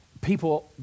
People